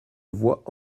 voix